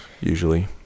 usually